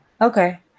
Okay